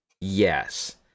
yes